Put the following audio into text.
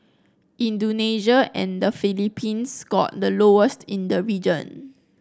Indonesia and the Philippines scored the lowest in the region